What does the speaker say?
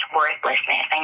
worthlessness